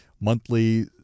monthly